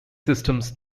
systems